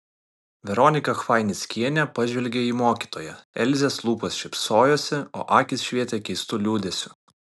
veronika chvainickienė pažvelgė į mokytoją elzės lūpos šypsojosi o akys švietė keistu liūdesiu